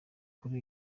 kuri